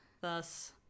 thus